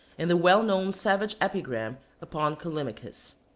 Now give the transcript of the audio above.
and the well-known savage epigram upon callimachus.